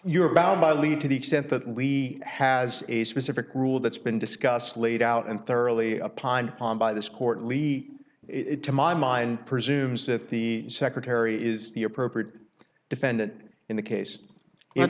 you're bound by lead to the extent that we has a specific rule that's been discussed laid out and thoroughly upon by this court leave it to my mind presumes that the secretary is the appropriate defendant in the case it